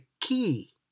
key